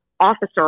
officer